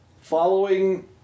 following